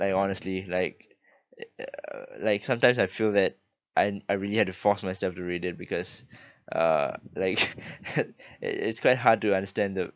like honestly like uh like sometimes I feel that I I really had to force myself to read it because uh like it it's quite hard to understand the